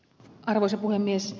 arvoisa puhemies